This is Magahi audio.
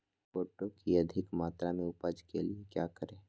गोटो की अधिक मात्रा में उपज के लिए क्या करें?